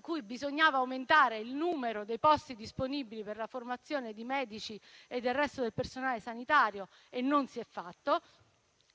quale bisognava aumentare il numero dei posti disponibili per la formazione di medici e del personale sanitario e non si è fatto,